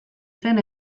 zen